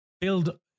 build